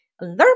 Learn